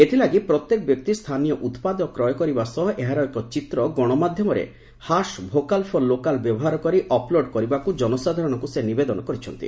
ଏଥିଲାଗି ପ୍ରତ୍ୟେକ ବ୍ୟକ୍ତି ସ୍ଥାନୀୟ ଉତ୍ପାଦ କ୍ରୟ କରିବା ସହ ଏହାର ଏକ ଚିତ୍ର ଗଣମାଧ୍ୟମରେ 'ହାସ୍ ଭୋକାଲ୍ ଫର ଲୋକାଲ୍' ବ୍ୟବହାର କରି ଅପ୍ଲୋଡ୍ କରିବାକୁ ଜନସାଧାରଣଙ୍କୁ ନିବେଦନ କରିଛନ୍ତି